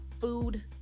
food